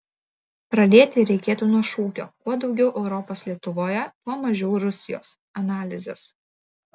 pradėti reikėtų nuo šūkio kuo daugiau europos lietuvoje tuo mažiau rusijos analizės